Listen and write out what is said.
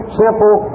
simple